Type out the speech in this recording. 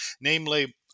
Namely